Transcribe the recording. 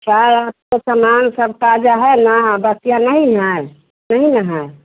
क्या आपका सामान सब ताज़ा है ना बसिया नहीं न है नहीं न है